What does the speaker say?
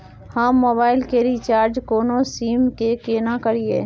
हम मोबाइल के रिचार्ज कोनो भी सीम के केना करिए?